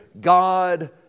God